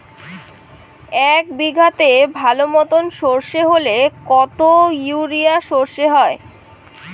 এক বিঘাতে ভালো মতো সর্ষে হলে কত ইউরিয়া সর্ষে হয়?